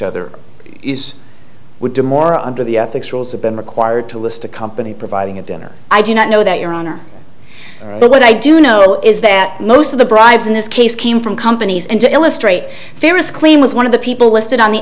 other is would do more under the ethics rules have been required to list a company providing a dinner i do not know that your honor but i do know is that most of the bribes in this case came from companies and to illustrate various claim was one of the people listed on the